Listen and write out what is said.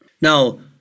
Now